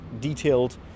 detailed